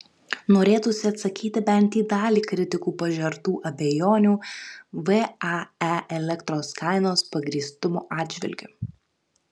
norėtųsi atsakyti bent į dalį kritikų pažertų abejonių vae elektros kainos pagrįstumo atžvilgiu